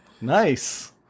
Nice